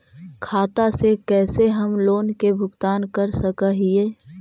खाता से कैसे हम लोन के भुगतान कर सक हिय?